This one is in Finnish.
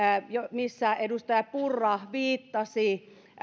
missä edustaja purra viittasi